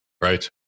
Right